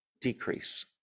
decrease